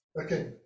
okay